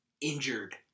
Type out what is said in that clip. injured